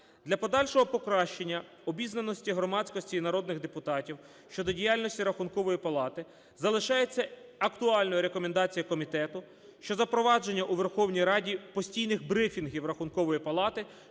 Для подальшого покращення обізнаності громадськості і народних депутатів щодо діяльності Рахункової палати залишається актуальною рекомендація комітету щодо запровадження у Верховній Раді постійних брифінгів Рахункової палати